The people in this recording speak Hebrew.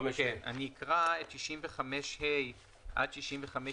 סעיף 65ד כולל השינוי שהקריא